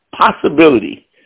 possibility